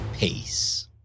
Peace